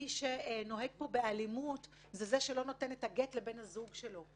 מי שנוהג פה באלימות זה זה שלא נותן את הגט לבן הזוג שלו.